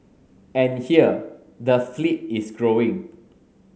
and here the fleet is growing